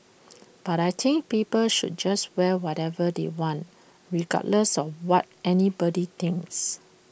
but I think people should just wear whatever they want regardless of what anybody thinks